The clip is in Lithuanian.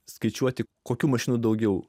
skaičiuoti kokių mašinų daugiau